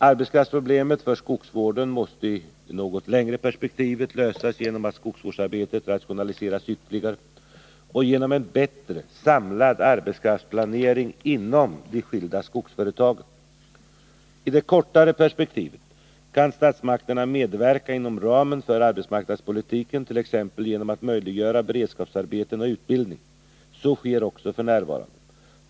Arbetskraftsproblemet för skogsvården måste i det något längre perspektivet lösas genom att skogsvårdsarbetet rationaliseras ytterligare och genom en bättre, samlad arbetskraftsplanering inom de skilda skogsföretagen. I det kortare perspektivet kan statsmakterna medverka inom ramen för arbetsmarknadspolitiken, t.ex. genom att möjliggöra beredskapsarbeten och utbildning. Så sker också f. n.